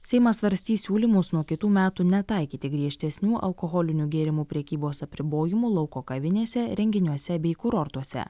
seimas svarstys siūlymus nuo kitų metų netaikyti griežtesnių alkoholinių gėrimų prekybos apribojimų lauko kavinėse renginiuose bei kurortuose